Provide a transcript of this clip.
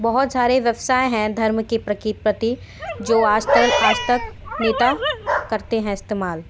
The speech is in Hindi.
बहुत सारे व्यवसाय हैं धर्म के प्रकि प्रति जो आज तल आज तक नेता करते हैं इस्तेमाल